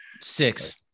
Six